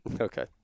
Okay